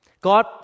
God